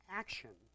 action